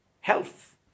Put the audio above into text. health